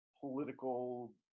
political